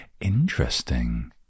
Interesting